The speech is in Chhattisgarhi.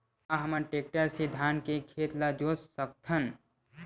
का हमन टेक्टर से धान के खेत ल जोत सकथन?